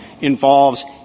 involves